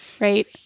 Right